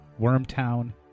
Wormtown